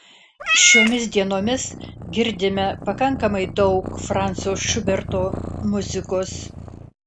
šiomis dienomis girdime pakankamai daug franco šuberto muzikos